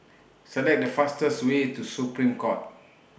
Select The fastest Way to Supreme Court